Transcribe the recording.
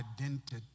identity